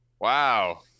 Wow